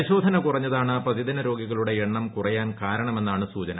പരിശോധന കുറഞ്ഞതാണ് പ്രതിദിന രോഗികളുടെ എണ്ണം കുറയാൻ കാരണമെന്നാണ് സൂചന